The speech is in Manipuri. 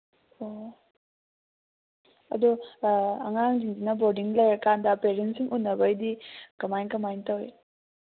ꯑꯣ ꯑꯗꯨ ꯑꯉꯥꯡꯁꯤꯡꯁꯤꯅ ꯕꯣꯔꯗꯤꯡ ꯂꯩꯔꯀꯥꯟꯗ ꯄꯦꯔꯦꯟꯁꯁꯤꯡ ꯎꯅꯕꯩꯗꯤ ꯀꯃꯥꯏꯅ ꯀꯃꯥꯏꯅ ꯇꯧꯋꯤ